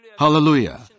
Hallelujah